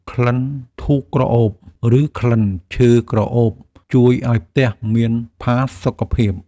ក្លិនធូបក្រអូប ឬក្លិនឈើក្រអូបជួយឱ្យផ្ទះមានផាសុកភាព។